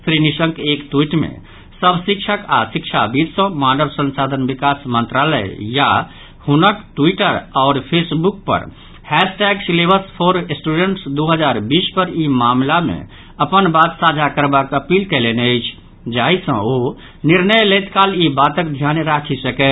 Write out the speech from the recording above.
श्री निशंक एक ट्वीट मे सभ शिक्षक आओर शिक्षाविद सॅ मानव संसाधन विकास मंत्रालय या हुनक ट्वीटर आओर फेसबुक पर hashtag syllabus for student दू हजार बीस पर ई मामिला मे अपन बात साझा करबाक अपील कयलनि अछि जाहि सॅ ओ निर्णय लैतकाल ई बातक ध्यान राखि सकय